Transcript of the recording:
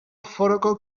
foroko